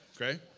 Okay